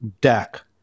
deck